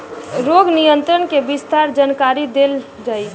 रोग नियंत्रण के विस्तार जानकरी देल जाई?